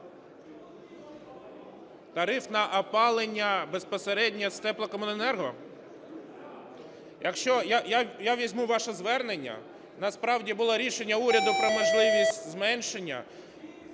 Тариф на опалення безпосередньо з теплокомуненерго? Я візьму ваше звернення. Насправді було рішення уряду про можливість зменшення.